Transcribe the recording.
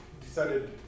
decided